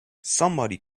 somebody